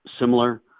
similar